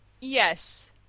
Yes